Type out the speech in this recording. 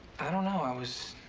i don't know. i was.